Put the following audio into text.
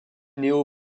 néo